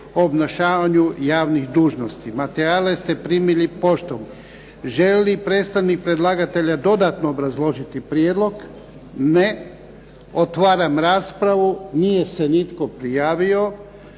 obnašavanju javnih dužnosti. Materijale ste primili poštom. Želi li predstavnik predlagatelja dodatno obrazložiti prijedlog? Ne. Otvaram raspravu. Nije se nitko prijavio.